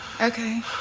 Okay